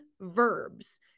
verbs